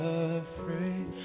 afraid